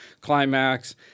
climax